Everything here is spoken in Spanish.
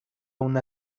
una